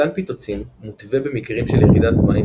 מתן פיטוצין מותווה במקרים של ירידת מים